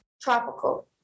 tropical